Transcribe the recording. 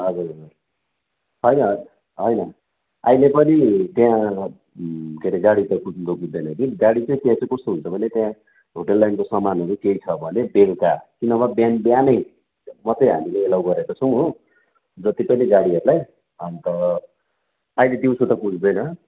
हजुर हजुर होइन होइन अहिले पनि त्यहाँ के अरे गाडी त कुद्नु त कुदैन कि गाडी चााहिँ त्यहाँ कस्तो हुन्छ भने त्यहाँ होटेल लाइनको सामान केही छ भने बेलुका कि नभए बिहान बिहानै मात्रै हामीले अलाउ गरेको छौँ हो जतिपनि गाडीहरूलाई अन्त अहिले दिउँसो त कुदैन